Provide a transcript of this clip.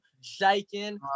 shaking